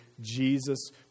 Jesus